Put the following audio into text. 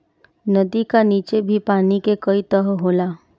नदी का नीचे भी पानी के कई तह होला